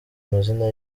amazina